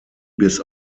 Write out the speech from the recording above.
bis